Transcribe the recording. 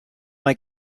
mae